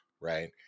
right